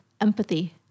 empathy